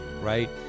right